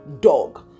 dog